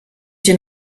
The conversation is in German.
den